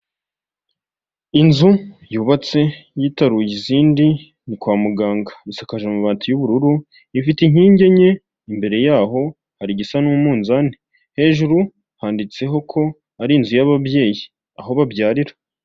Inzu yubatse yitaruye izindi, ni kwa muganga, isakaje amabati y'ubururu, ifite inkingi enye, imbere yaho hari igisa n'umunzani. Hejuru handitseho ko ari inzu y'ababyeyi, aho babyarira.